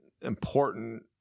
important